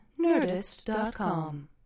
nerdist.com